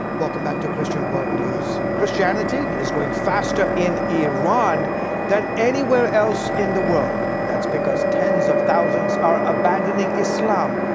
welcome back to christian world news. christianity is growing faster in iran than anywhere else in the world. that's because tens of thousands are abandoning islam.